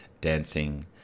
dancing